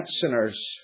sinners